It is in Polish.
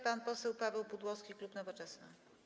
Pan poseł Paweł Pudłowski, klub Nowoczesna.